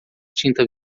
tinta